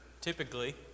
typically